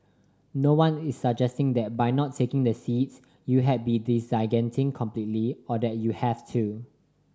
no one is suggesting that by not taking the seats you had be disengaging completely or that you have to